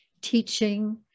teaching